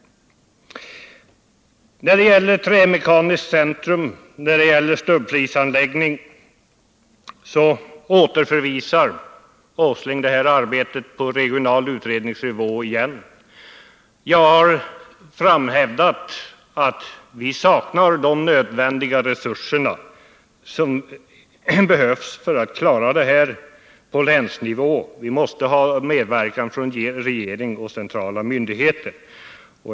187 När det gäller planerna på ett trämekaniskt centrum och en stubbflisanlägging återförvisar herr Åsling det arbetet till regional utredningsnivå. Jag har framhållit att vi saknar nödvändiga resurser för att klara detta på länsnivå. Vi måste ha medverkan från regering och centrala myndigheter.